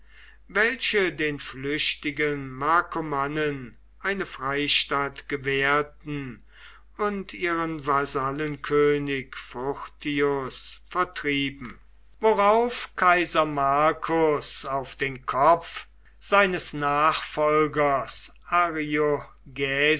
welche den flüchtigen markomannen eine freistatt gewährten und ihren vasallenkönig furtius vertrieben worauf kaiser marcus auf den kopf seines nachfolgers